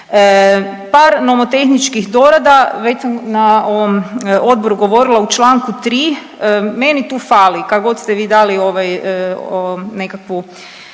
Par nomotehničkih dorada, već sam na ovom odboru govorila, u čl. 3. meni tu fali kak god ste vi dali ovaj,